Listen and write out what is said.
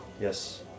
Yes